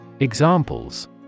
Examples